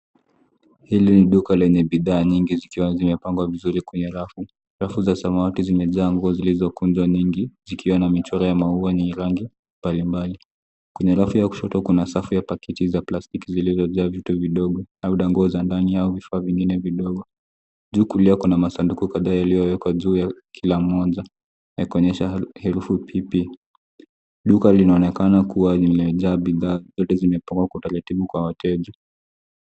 Hili ni duka lenye bidhaa nyingi zikiwa zimepangwa vizuri kwenye rafu. Rafu za samawati zimejaa nguo zilikunjwa nyingi, zikiwa na michoro ya maua yenye rangi mbalimbali. Kwenye rafu ya kushoto kuna safu ya pakiti za plastiki zilizojaa vitu vidogo au dango za ndani au vifaa vingine vidogo. Juu kulia kuna masanduku kadhaa yaliyowekwa juu ya kila moja yakuonyesha herufi pp. Duka linaonekana kuwa limejaa bidhaa, zote zimepangwa kwa utaratibu kwa wateja.